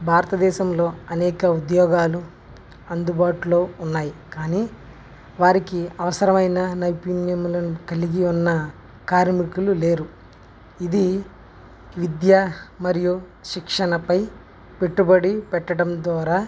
భారత దేశంలో అనేక ఉద్యోగాలు అందుబాటులో ఉన్నాయి కానీ వారికి అవసరమయిన నైపుణ్యాలు కలిగి ఉన్న కార్మికులు లేరు ఇది విద్య మరియు శిక్షణపై పెట్టుబడి పెట్టడం ద్వారా